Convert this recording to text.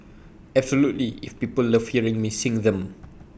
absolutely if people love hearing me sing them